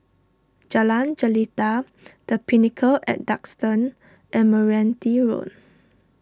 Jalan Jelita the Pinnacle at Duxton and Meranti Road